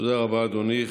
תודה רבה, אדוני.